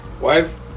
Wife